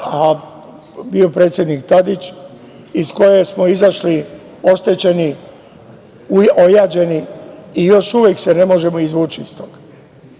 a bio predsednik Tadić, iz koje smo izašli oštećeni, ojađeni i još uvek se ne možemo izvući iz toga. Ono